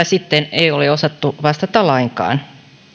sitten ei ole osattu vastata lainkaan